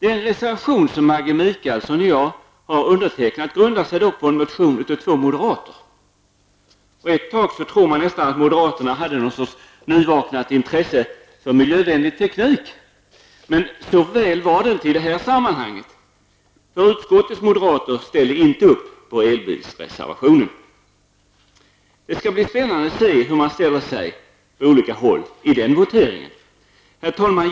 Den reservation som Maggi Mikaelsson och jag har undertecknat grundar sig dock på en motion från två moderater. Ett tag kunde man nästan tro att moderaterna hade en sorts nyvaknat intresse för miljövänlig teknik. Men så väl var det inte i detta sammanhang, för moderaterna i utskottet har inte ställt upp på elbilsreservationen. Det skall bli spännande att se hur det blir på olika håll i voteringen. Herr talman!